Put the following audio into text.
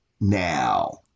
now